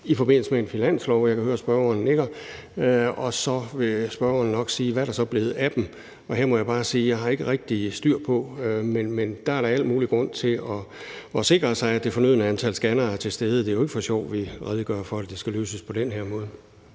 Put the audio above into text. i forbindelse med en finanslov – jeg kan se, at spørgeren nikker. Så vil hr. Peter Kofod nok spørge: Hvad er der så blevet af dem? Her må jeg bare sige, at jeg ikke rigtig har styr på det, men der er da al mulig grund til at sikre sig, at det fornødne antal scannere er til stede. Det er jo ikke for sjov, at vi redegør for, at det skal løses på den her måde.